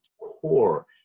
core